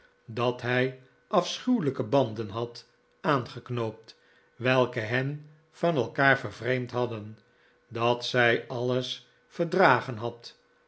dat hij afschuwelijke banden had aangeknoopt welke hen van elkaar vervreemd hadden dat zij alles verdragen had